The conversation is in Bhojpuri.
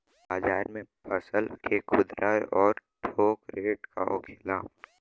बाजार में फसल के खुदरा और थोक रेट का होखेला?